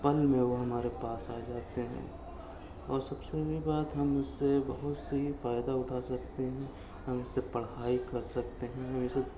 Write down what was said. پل میں وہ ہمارے پاس آ جاتے ہیں اور سب سے بڑی بات ہم اس سے بہت سی فائدہ اٹھا سکتے ہیں ہم اس سے پڑھائی کر سکتے ہیں ہم اس سے